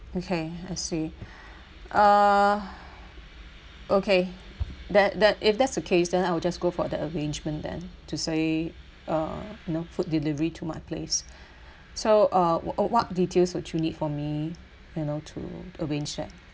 okay I see uh okay that that if that's the case then I will just go for the arrangement then to say uh you know food delivery to my place so uh w~ what details would you need from me you know to arrange that